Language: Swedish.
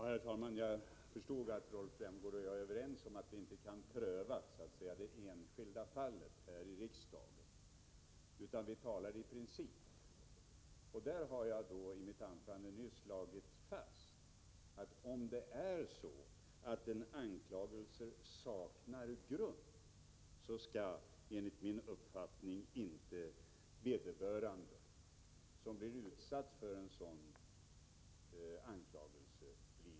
Herr talman! Jag förstod att Rolf Rämgård och jag är överens om att vi inte skall pröva det enskilda fallet här i riksdagen utan diskuterar principiellt. Jag har i mitt anförande slagit fast, att om det är så att en anklagelse saknar grund, skall enligt min uppfattning inte den som blir utsatt för en sådan anklagelse bli ersättningsskyldig.